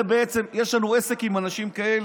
זה בעצם, יש לנו עסק עם אנשים כאלה.